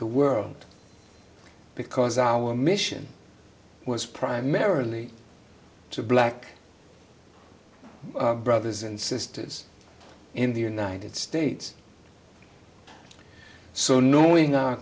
the world because our mission was primarily to black brothers and sisters in the united states so knowing